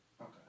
Okay